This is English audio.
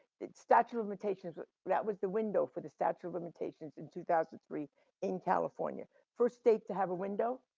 that statute of limitations that was the window for the statute of limitations in two thousand and three in california for state to have a window